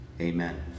Amen